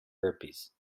herpes